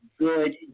good